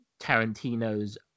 Tarantino's